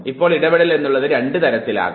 ഇപ്പോൾ ഇടപെടൽ എന്നുള്ളത് രണ്ടു തരത്തിലാകാം